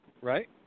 right